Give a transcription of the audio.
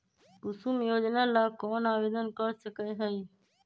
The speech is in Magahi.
कुसुम योजना ला कौन आवेदन कर सका हई?